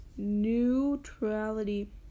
neutrality